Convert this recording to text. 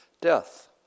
death